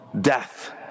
death